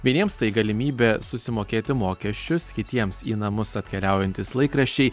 vieniems tai galimybė susimokėti mokesčius kitiems į namus atkeliaujantys laikraščiai